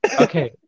Okay